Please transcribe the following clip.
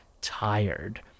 tired